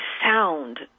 sound